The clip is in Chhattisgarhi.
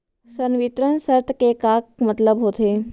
संवितरण शर्त के का मतलब होथे?